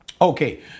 Okay